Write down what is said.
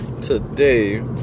today